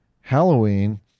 Halloween